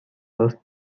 first